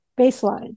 baseline